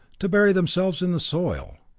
to bury themselves in the soil.